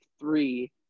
three